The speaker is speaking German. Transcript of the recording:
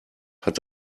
hat